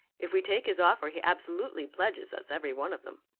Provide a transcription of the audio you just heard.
if we take his offer he absolutely pledges us every one of them.